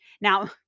Now